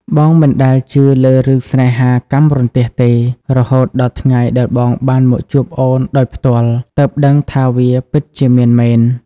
បងមិនដែលជឿលើរឿងស្នេហាកាំរន្ទះទេ រហូតដល់ថ្ងៃដែលបងបានមកជួបអូនដោយផ្ទាល់ ទើបដឹងថាវាពិតជាមានមែន។